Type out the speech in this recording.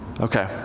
Okay